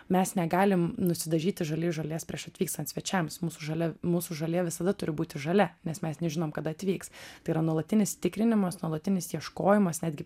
mes negalim nusidažyti žaliai žolės prieš atvykstant svečiams mūsų žalia mūsų žolė visada turi būti žalia nes mes nežinom kada atvyks tai yra nuolatinis tikrinimas nuolatinis ieškojimas netgi